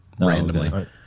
randomly